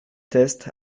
teste